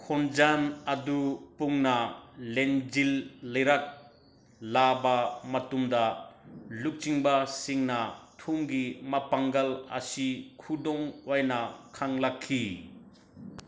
ꯈꯣꯡꯖꯪ ꯑꯗꯨ ꯄꯨꯟꯅ ꯂꯤꯡꯖꯦꯜ ꯂꯩꯔꯛꯂꯕ ꯃꯇꯨꯡꯗ ꯂꯨꯆꯤꯡꯕꯁꯤꯡꯅ ꯊꯨꯝꯒꯤ ꯃꯄꯥꯡꯒꯜ ꯑꯁꯤ ꯈꯨꯗꯝ ꯑꯣꯏꯅ ꯈꯪꯂꯛꯈꯤ